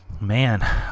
man